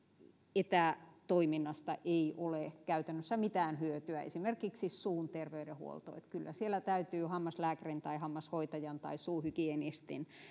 etätoiminnasta ei ole käytännössä mitään hyötyä esimerkiksi suun terveydenhuolto kyllä siellä täytyy hammaslääkärin tai hammashoitajan tai suuhygienistin